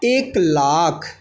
एक लाख